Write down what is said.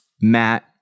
Matt